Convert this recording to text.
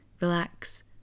relax